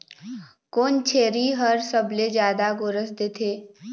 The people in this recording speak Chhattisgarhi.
कोन छेरी हर सबले जादा गोरस देथे?